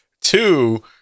Two